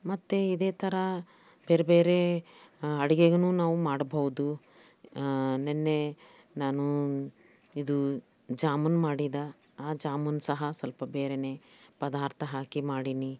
ಮತ್ತು ಇದೇ ಥರ ಬೇರೆ ಬೇರೆ ಅಡುಗೆಯೂ ನಾವು ಮಾಡ್ಬೋದು ನೆನ್ನೆ ನಾನು ಇದು ಜಾಮೂನ್ ಮಾಡಿದ ಆ ಜಾಮೂನ್ ಸಹ ಸ್ವಲ್ಪ ಬೇರೆಯೇ ಪದಾರ್ಥ ಹಾಕಿ ಮಾಡೀನಿ